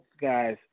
guys